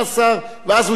ואז הוא יענה עליה.